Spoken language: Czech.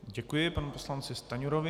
Děkuji panu poslanci Stanjurovi.